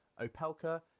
opelka